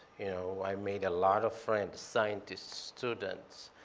you know, i made a lot of friends, scientists, students.